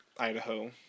Idaho